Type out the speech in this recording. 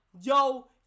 yo